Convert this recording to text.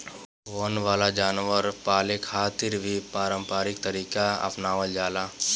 वन वाला जानवर के पाले खातिर भी पारम्परिक तरीका ही आपनावल जाला